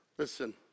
Listen